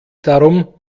darum